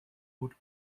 would